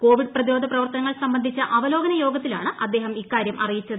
Covid പ്രതിരോധ പ്രവർത്തനങ്ങൾ സംബന്ധിച്ച അവലോക്ക് യോഗത്തിലാണ് അദ്ദേഹം ഇക്കാര്യം അറിയിച്ചത്